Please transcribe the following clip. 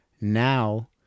now